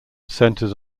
centers